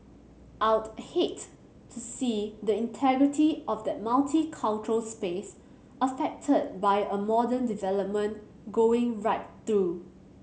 I'd hate to see the integrity of that multicultural space affected by a modern development going right through